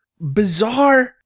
bizarre